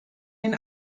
den